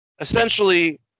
Essentially